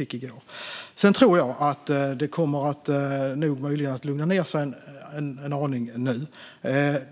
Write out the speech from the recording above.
i går. Sedan tror jag att det möjligen kommer att lugna ned sig en aning nu.